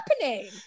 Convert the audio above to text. happening